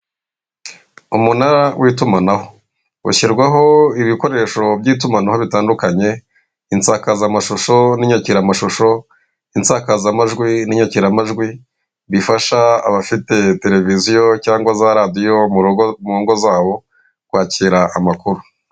Umunara w'itumanaho, ushyirwaho ibikoresho by'itumanaho bitandukanye, insakazamashusho n'inyakiramashusho, insakazamajwi n'inyakiramajwi, bifasha abafite televiziyo cyangwa za radiyo mu rugo, mu ngo zabo, kwakira amakuru.